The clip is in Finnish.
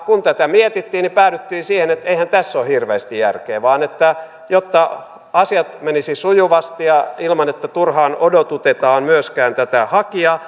kun tätä mietittiin niin päädyttiin siihen että eihän tässä ole hirveästi järkeä vaan jotta asiat menisivät sujuvasti ja ilman että turhaan odotutetaan myöskään tätä hakijaa